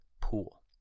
pool